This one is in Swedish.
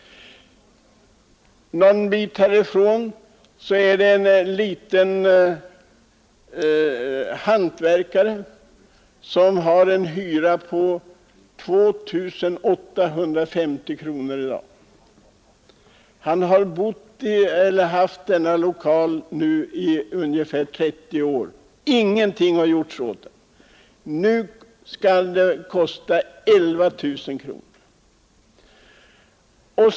Någon bit härifrån finns det en hantverkare, som för närvarande har en hyra på 2 850 kronor. Han har haft den lokalen i ungefär 30 år. Ingenting har gjorts åt den. Nu skall den kosta 11 000 kronor.